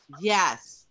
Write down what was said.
Yes